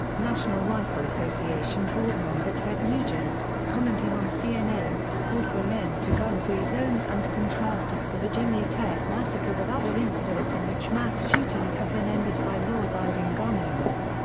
national rifle association board member ted nugent, commenting on cnn, called for an end to gun-free zones and contrasted the virginia tech massacre with other incidents in which mass shootings have been ended by law-abiding gun owners.